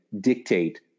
dictate